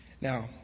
Now